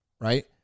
right